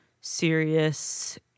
serious